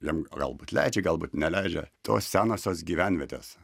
jiem o galbūt leidžia galbūt neleidžia tos senosios gyvenvietės